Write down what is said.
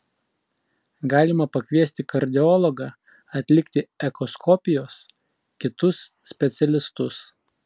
galima pakviesti kardiologą atlikti echoskopijos kitus specialistus